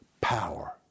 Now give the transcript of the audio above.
power